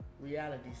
reality